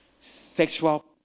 Sexual